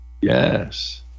Yes